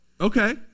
okay